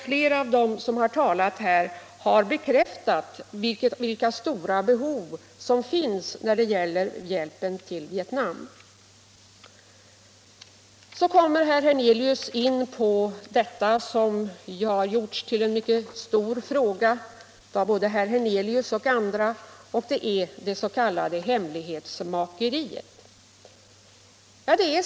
Flera av dem som talat under debatten har bekräftat vilka stora hjälpbehov som finns i Vietnam. Herr Hernelius kommer vidare in på det spörsmål som av både herr Hernelius och andra gjorts till en mycket stor fråga, nämligen det s.k. hemlighetsmakeriet.